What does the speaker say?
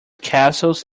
castles